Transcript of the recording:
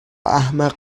احمق